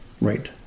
right